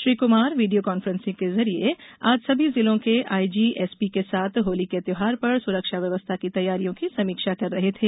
Shri Kumar video conferencing के जरिए आज सभी जिलों के आईजी एसपी के साथ होली के त्यौहार पर सुरक्षा व्यवस्था की तैयारियों की समीक्षा कर रहे थे